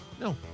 No